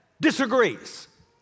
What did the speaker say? disagrees